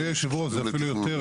כבודי יושב הראש זה אפילו יותר,